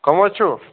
کٕم حظ چھُو